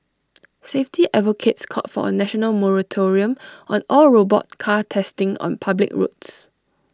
safety advocates called for A national moratorium on all robot car testing on public roads